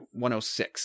106